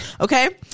Okay